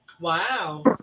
Wow